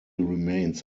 remains